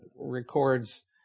records